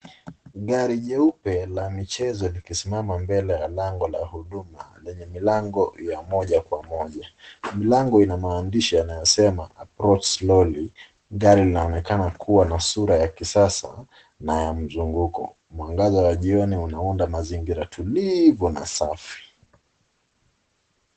Gari jeupe la michezo likisimama mbele ya lango la huduma lenye milango ya moja kwa moja. Milango ina maandishi yanayosema walk slowly . Dari linaonekana kuwa na sura ya kisasa na ya mzunguko. Mwangaza wa jioni unaunda mazingira tulivu na safi.